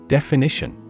Definition